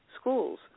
schools